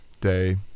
day